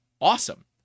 awesome